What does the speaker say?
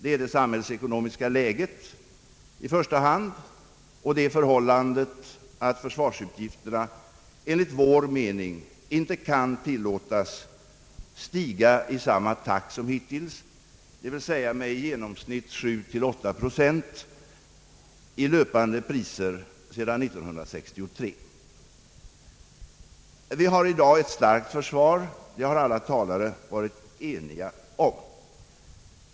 Det är det samhällsekonomiska läget i första hand och det förhållandet att försvarsutgifterna enligt vår mening inte kan tillåtas stiga i samma takt som hittills, d.v.s. med i genomsnitt 7 å 8 procent i löpande priser sedan 1963. Vi har i dag ett starkt försvar — det har alla talare varit eniga om.